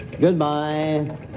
Goodbye